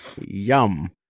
Yum